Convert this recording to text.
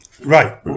Right